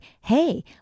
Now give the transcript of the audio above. hey